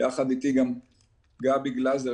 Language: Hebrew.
יחד איתי גם גבי גלזר,